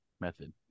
method